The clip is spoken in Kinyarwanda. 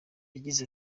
yagize